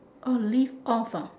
orh live off ah